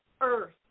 earth